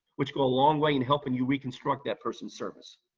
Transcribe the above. which go a long way in helping you reconstruct that person's service.